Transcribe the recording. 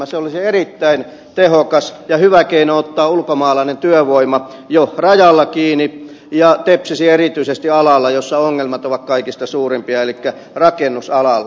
se olisi erittäin tehokas ja hyvä keino ottaa ulkomainen työvoima jo rajalla kiinni ja tepsisi erityisesti alalla jossa ongelmat ovat kaikista suurimpia elikkä rakennusalalla